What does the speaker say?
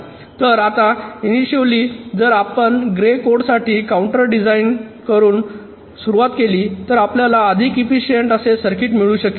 तर आता इंटुटीव्हली जर आपण ग्रे कोडसाठी काउंटर डिझाइन करुन सुरूवात केली तर आपल्याला अधिक एफिसिएंट असे सर्किट मिळू शकेल